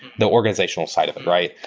the organizational side of it, right?